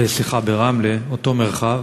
סליחה, ברמלה, אותו מרחב,